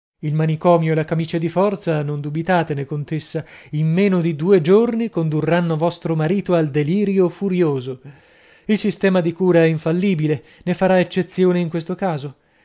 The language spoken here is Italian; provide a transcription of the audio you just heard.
il manicomio e la camicia di forza non dubitatene contessa in meno di due giorni condurranno vostro marito al delirio furioso il sistema di cura è infallibile nè farà eccezione in questo caso